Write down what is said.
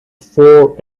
four